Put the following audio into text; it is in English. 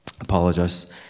apologize